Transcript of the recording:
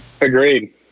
Agreed